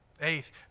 Eighth